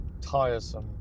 tiresome